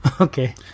Okay